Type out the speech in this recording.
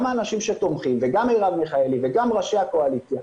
האנשים שתומכים וגם מירב מיכאלי וגם ראשי הקואליציה,